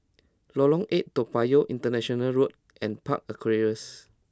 Lorong Eight Toa Payoh International Road and Park Aquaria's